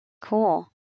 Cool